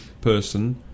person